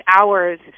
hours